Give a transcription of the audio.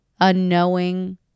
unknowing